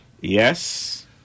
Yes